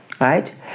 right